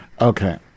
okay